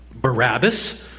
Barabbas